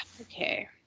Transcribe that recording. Okay